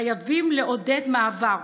חייבים לעודד מעבר